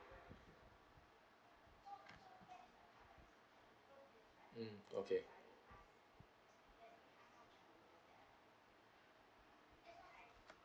mm okay